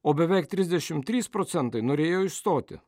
o beveik trisdešimt trys procentai norėjo išstoti